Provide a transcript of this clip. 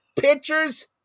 pitchers